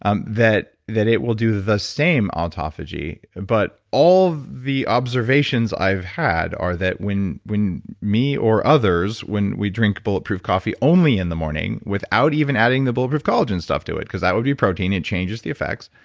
um that that it will do the same autophagy but all the observations i've had are that when when me or others, when we drink bulletproof coffee, only in the morning, without even adding the bulletproof collagen stuff to it because that would be protein, it changes the effects,